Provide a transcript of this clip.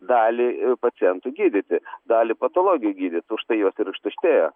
dalį pacientų gydyti dalį patologijų gydyt užtai jos ir ištuštėjo